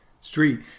street